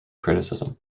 criticism